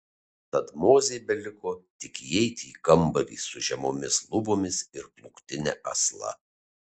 tad mozei beliko tik įeiti į kambarį su žemomis lubomis ir plūktine asla